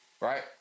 Right